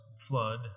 flood